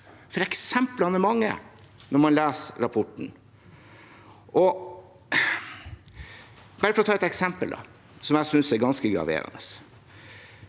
PST? Eksemplene er mange når man leser rapporten. Bare for å ta ett eksempel, som jeg synes er ganske graverende: